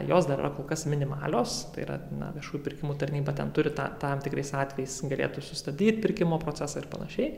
jos dar yra kol kas minimalios tai yra viešųjų pirkimų tarnyba ten turi tą tam tikrais atvejais galėtų sustabdyt pirkimo procesą ir panašiai